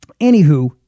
Anywho